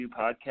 Podcast